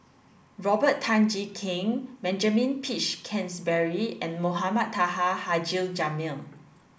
Robert Tan Jee Keng Benjamin Peach Keasberry and Mohamed Taha Haji Jamil